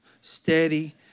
Steady